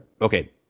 Okay